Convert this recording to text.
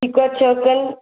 ठीकु आहे छह कयूं